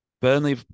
Burnley